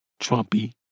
Trumpy